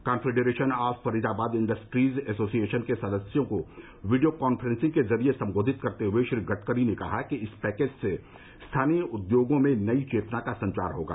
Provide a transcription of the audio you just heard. confederation of Faridabad industries association के सदस्यों को वीडियो काफ्रेंसिंग के जरिये संबोधित करते हुए श्री गडकरी ने कहा कि इस पैकेज से स्थानीय उद्योगों में नई चेतना का संचार होगा